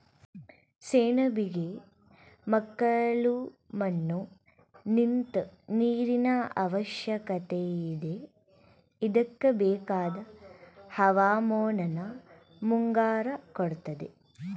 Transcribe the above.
ಸೆಣಬಿಗೆ ಮೆಕ್ಕಲುಮಣ್ಣು ನಿಂತ್ ನೀರಿನಅವಶ್ಯಕತೆಯಿದೆ ಇದ್ಕೆಬೇಕಾದ್ ಹವಾಮಾನನ ಮುಂಗಾರು ಕೊಡ್ತದೆ